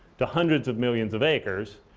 to hundreds of millions of acres,